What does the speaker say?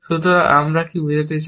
সুতরাং আমরা এই দ্বারা কি বোঝাতে চাই